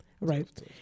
Right